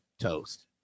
toast